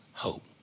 hope